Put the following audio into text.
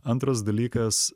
antras dalykas